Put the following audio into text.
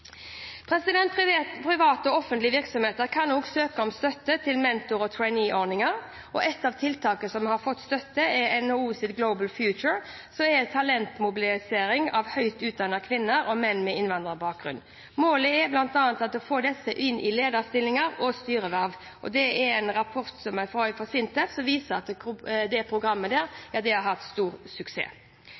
Private og offentlige virksomheter kan også søke om støtte til mentor- og traineeordninger. Et av tiltakene som har fått støtte, er NHOs Global Future, som er en talentmobilisering av høyt utdannede kvinner og menn med innvandrerbakgrunn. Målet er bl.a. å få disse inn i lederstillinger og styreverv. En rapport fra SINTEF viser at det programmet har vært en stor suksess. Interpellanten var inne på at det er